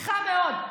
שמחה מאוד,